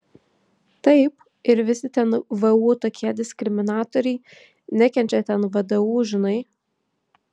taip ir visi ten vu tokie diskriminatoriai nekenčia ten vdu žinai